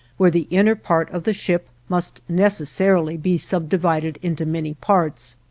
where the inner part of the ship must necessarily be subdivided into many parts.